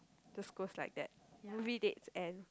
just goes like that movie dates and